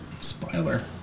Spoiler